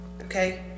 Okay